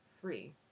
three